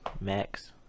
max